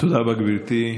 תודה רבה, גברתי.